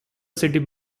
city